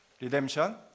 redemption